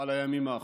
על הימים האחרונים.